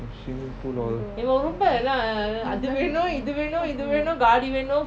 swimming pool all